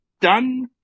done